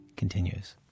continues